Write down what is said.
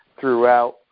throughout